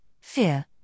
fear